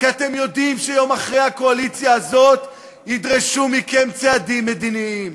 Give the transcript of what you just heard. כי אתם יודעים שיום אחרי הקואליציה הזאת ידרשו מכם צעדים מדיניים,